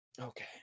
Okay